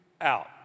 out